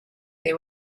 they